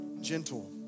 gentle